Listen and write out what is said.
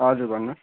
हजुर भन्नुहोस्